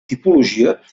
tipologia